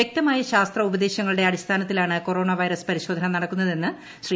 വ്യക്തമായ ശാസ്ത്ര ഉപദേശങ്ങളുടെ അടിസ്ഥാനത്തിലാണ് കൊറോണ വൈറസ് പരിശോധന നടക്കുന്നതെന്ന് ശ്രീ